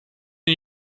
new